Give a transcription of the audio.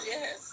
Yes